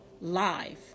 live